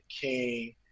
King